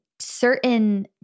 certain